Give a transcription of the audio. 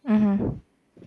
mmhmm